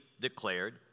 declared